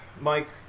Mike